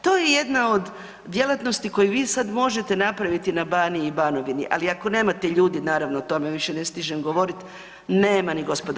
To je jedna od djelatnosti koju vi sad možete napraviti na Baniji i Banovini, ali ako nemate ljudi, naravno, o tome više ne stižen govoriti, nema ni gospodarstva.